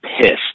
pissed